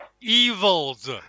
evil's